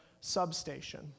substation